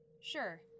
Sure